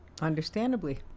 Understandably